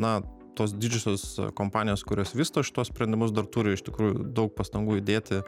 na tos didžiosios kompanijos kurios vysto šituos sprendimus dar turi iš tikrųjų daug pastangų įdėti